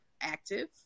active